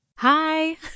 Hi